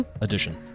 edition